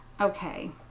okay